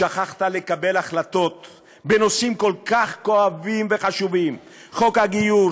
שכחת לקבל החלטות בנושאים כל כך כואבים וחשובים: חוק הגיור,